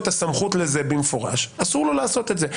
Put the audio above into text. אסור לו לעשות את זה,